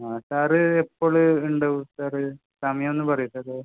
ആ സാറ് എപ്പോൾ ഉണ്ടാവും സാറ് സമയമൊന്ന് പറയാമോ സാറേ